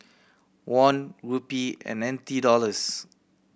Won Rupee and N T Dollars